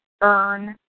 earn